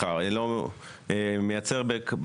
אז הוא גם לא יהיה טעון היתר.